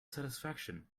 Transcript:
satisfaction